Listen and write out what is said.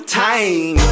time